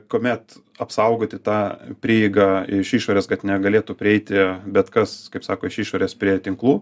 kuomet apsaugoti tą prieigą iš išorės kad negalėtų prieiti bet kas kaip sako iš išorės prie tinklų